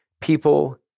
people